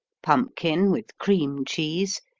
pumpkin with cream cheese,